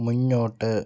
മുന്നോട്ട്